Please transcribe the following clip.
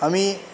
আমি